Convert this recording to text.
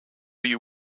you